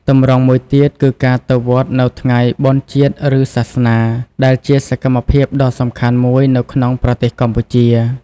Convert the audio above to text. ទម្រង់មួយទៀតគឺការទៅវត្តនៅថ្ងៃបុណ្យជាតិឬសាសនា ដែលជាសកម្មភាពដ៏សំខាន់មួយនៅក្នុងប្រទេសកម្ពុជា។